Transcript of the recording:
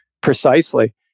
precisely